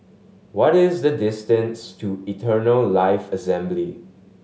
what is the distance to Eternal Life Assembly